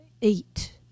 eat